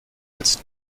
als